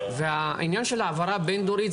העניין של ההעברה הבין דורית.